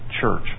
church